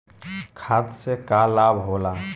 खाद्य से का लाभ होला?